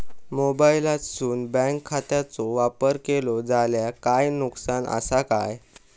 मोबाईलातसून बँक खात्याचो वापर केलो जाल्या काय नुकसान असा काय?